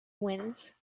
wins